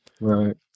Right